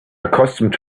accustomed